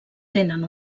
tenen